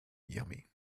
yummy